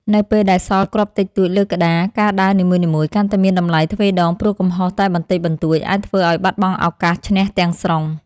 នៅពេលដែលសល់គ្រាប់តិចតួចលើក្តារការដើរនីមួយៗកាន់តែមានតម្លៃទ្វេដងព្រោះកំហុសតែបន្តិចបន្តួចអាចធ្វើឱ្យបាត់បង់ឱកាសឈ្នះទាំងស្រុង។